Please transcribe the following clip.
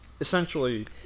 essentially